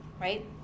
right